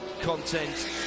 content